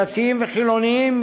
דתיים וחילונים,